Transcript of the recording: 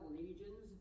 legions